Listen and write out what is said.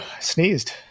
sneezed